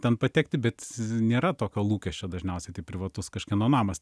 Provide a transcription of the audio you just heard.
ten patekti bet nėra tokio lūkesčio dažniausiai tai privatus kažkieno namas